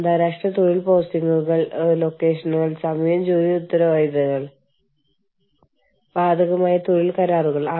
കാരണം ഓർഗനൈസേഷന് ഒരു രാജ്യത്ത് ചെലവ് വളരെ കുറവൊള്ളോരിടത്ത് ഒരു ഓഫീസ് സ്ഥാപിക്കുക എന്ന ഒരു ഓപ്ഷൻ ഉള്ളപ്പോൾ അത് പറയാനാവില്ല